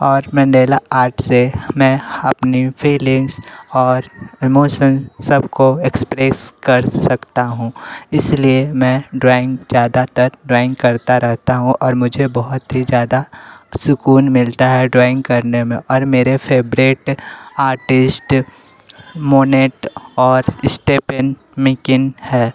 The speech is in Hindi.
और मेंडेला आर्ट से मैं अपनी फिलिंग्स और इमोशन सब को एक्सप्रेस कर सकता हूँ इस लिए मैं ड्राॅइंग ज़्यादातर ड्राॅइंग करता रहता हूँ और मुझे बहुत ही ज़्यादा सुकून मिलता है ड्राॅइंग करने में और मेरे फेवरेट आर्टिस्ट मोनेट और स्टेपेन मेकिन है